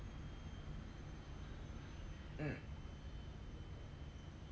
mm